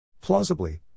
Plausibly